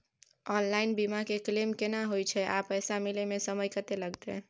Online बीमा के claim केना होय छै आ पैसा मिले म समय केत्ते लगतै?